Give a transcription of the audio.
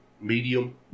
Medium